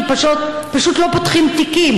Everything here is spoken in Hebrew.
כי פשוט לא פותחים תיקים.